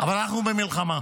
אבל אנחנו במלחמה.